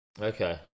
Okay